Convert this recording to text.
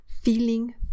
feeling